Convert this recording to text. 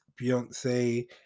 Beyonce